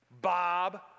Bob